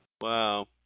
Wow